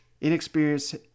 inexperienced